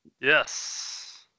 Yes